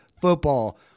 football